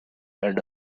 and